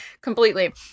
Completely